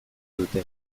dute